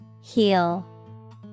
Heal